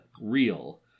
real